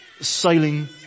sailing